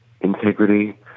integrity